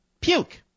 puke